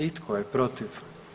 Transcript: I tko je protiv?